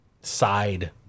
side